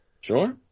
Sure